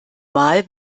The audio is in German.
mal